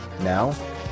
Now